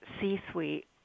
c-suite